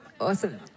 Awesome